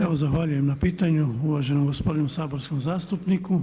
Evo zahvaljujem na pitanju uvaženom gospodinu saborskom zastupniku.